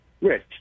Rich